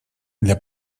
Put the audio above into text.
для